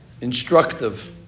instructive